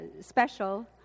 special